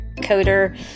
coder